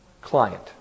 client